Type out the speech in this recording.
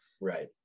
Right